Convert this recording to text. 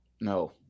no